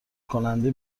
کننده